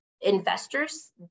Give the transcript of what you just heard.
Investors